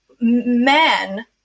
men